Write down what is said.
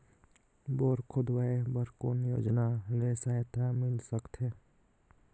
Bore खोदवाय बर कौन योजना ले सहायता मिल सकथे?